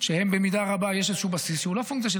שבהן במידה רבה יש איזשהו בסיס שהוא לא פונקציה של,